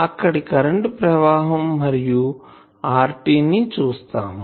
అక్కడి కరెంటు ప్రవాహం మరియు RT ని చూసాం